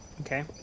Okay